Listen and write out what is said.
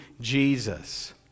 Jesus